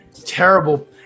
terrible